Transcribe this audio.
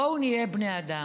בואו נהיה בני אדם.